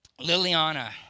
Liliana